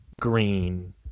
green